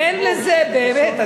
אין לזה באמת,